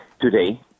today